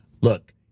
Look